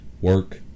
work